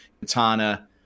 Katana